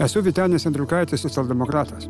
esu vytenis andriukaitis socialdemokratas